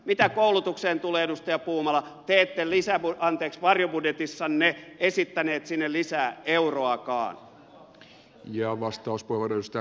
mitä koulutukseen tulee edustaja puumala te ette varjobudjetissanne esittäneet sinne lisää euroakaan